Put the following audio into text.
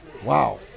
Wow